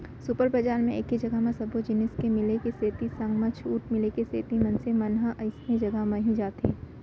super बजार म एके जघा म सब्बो जिनिस के मिले के सेती संग म छूट मिले के सेती मनसे मन ह अइसने जघा म ही जाथे